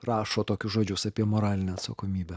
rašot tokius žodžius apie moralinę atsakomybę